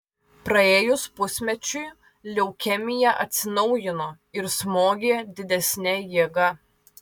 praėjus pusmečiui leukemija atsinaujino ir smogė didesne jėga